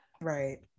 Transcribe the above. Right